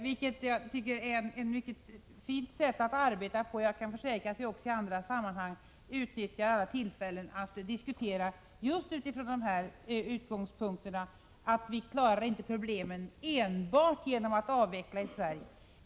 Detta tycker jag är ett mycket fint sätt att arbeta på. Jag kan försäkra att vi också i andra sammanhang utnyttjar alla tillfällen till diskussioner just från den utgångspunkten att vi inte klarar problemen enbart genom att avveckla i Sverige.